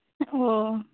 ᱳ